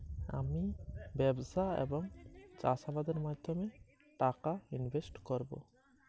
আমি কিভাবে টাকা ইনভেস্ট করব?